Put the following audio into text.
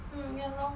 mm ya lor